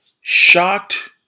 shocked